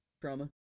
Trauma